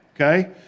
okay